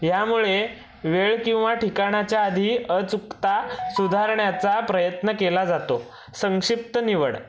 यामुळे वेळ किंवा ठिकाणाच्या आधी अचूकता सुधारण्याचा प्रयत्न केला जातो संक्षिप्त निवड